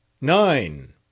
Nine